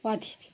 অধীর